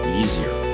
easier